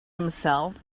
himself